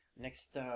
Next